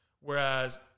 Whereas